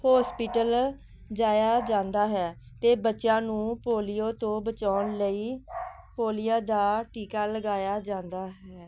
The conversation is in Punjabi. ਹੋਸਪੀਟਲ ਜਾਇਆ ਜਾਂਦਾ ਹੈ ਅਤੇ ਬੱਚਿਆਂ ਨੂੰ ਪੋਲੀਓ ਤੋਂ ਬਚਾਉਣ ਲਈ ਪੋਲੀਓ ਦਾ ਟੀਕਾ ਲਗਵਾਇਆ ਜਾਂਦਾ ਹੈ